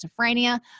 schizophrenia